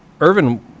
Irvin